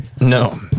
No